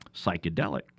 psychedelic